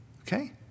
Okay